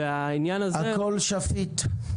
הכל שפיט.